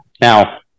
Now